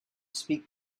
speak